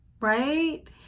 right